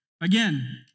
Again